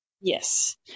Yes